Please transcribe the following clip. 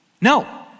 No